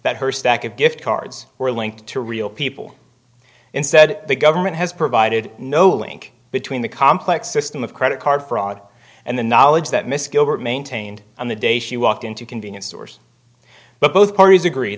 that her stack of gift cards were linked to real people instead the government has provided no link between the complex system of credit card fraud and the knowledge that miscue maintained on the day she walked into convenience stores but both parties agree